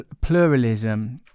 pluralism